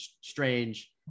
Strange